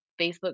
facebook